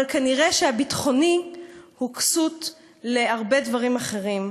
אבל כנראה הביטחוני הוא כסות להרבה דברים אחרים.